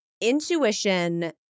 Intuition